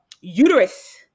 uterus